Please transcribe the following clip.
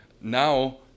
now